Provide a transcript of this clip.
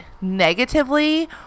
negatively